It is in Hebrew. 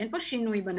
בסופו של דבר